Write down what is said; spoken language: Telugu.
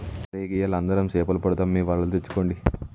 ఒరై గియ్యాల అందరం సేపలు పడదాం మీ వలలు తెచ్చుకోండి